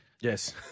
Yes